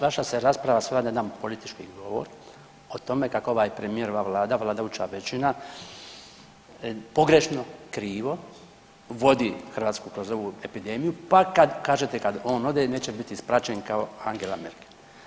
Vaš, vaša se rasprava svela na jedan politički govor o tome kako ovaj premijer i ova vlada, vladajuća većina pogrešno, krivo vodi Hrvatsku kroz ovu epidemiju pa kad kažete kad on ode neće biti ispraćen kao Angela Merkel.